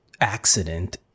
accident